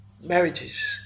marriages